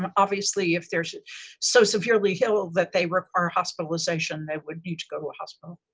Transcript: um obviously if they're so severely ill that they require hospitalization, they would need to go to a hospital.